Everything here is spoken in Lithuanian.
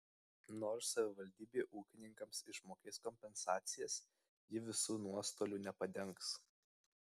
nors savivaldybė ūkininkams išmokės kompensacijas ji visų nuostolių nepadengs